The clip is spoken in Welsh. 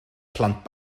plant